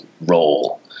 role